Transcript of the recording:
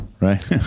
right